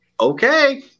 Okay